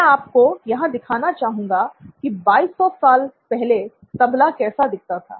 मैं आपको यहां दिखाना चाहूंगा की 2200 साल पहले तबला कैसा दिखता था